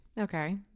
Okay